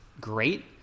great